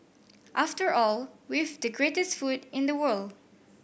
after all we've the greatest food in the world